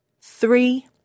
three